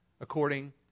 according